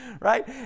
right